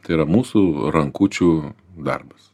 tai yra mūsų rankučių darbas